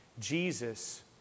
Jesus